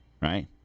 right